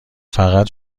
فقط